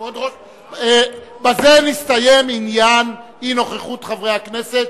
בזה מסתיים עניין אי-נוכחות חברי הכנסת,